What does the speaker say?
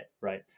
Right